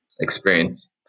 experience